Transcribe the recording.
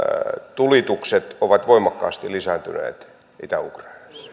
tulitukset ovat voimakkaasti lisääntyneet itä